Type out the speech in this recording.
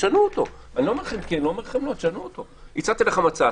הצעתי לכם הצעה,